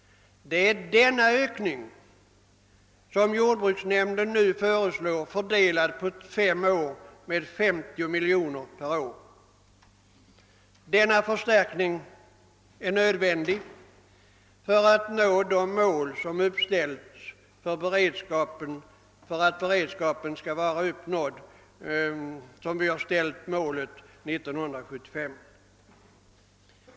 Det är denna ökning som jordbruksnämnden nu föreslår delad på fem år med 50 miljoner per år. Denna förstärkning är nödvändig för att nå det mål vi uppställt, full beredskap 1975.